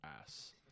ass